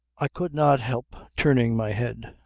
i could not help turning my head.